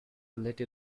little